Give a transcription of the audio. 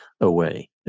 away